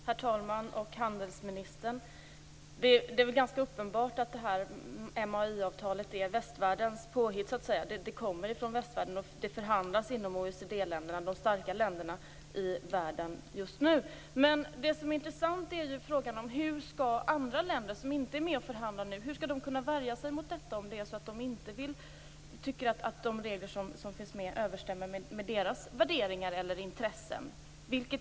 Herr talman! Handelsministern! Det är ganska uppenbart att MAI-avtalet är västvärldens påhitt. Det kommer från västvärlden, och det förhandlas inom OECD-länderna, de starka länderna i världen just nu. Men det som är intressant är ju frågan om hur andra länder som inte är med och förhandlar skall kunna värja sig mot detta om de inte tycker att de regler som finns med överensstämmer med deras värderingar eller intressen.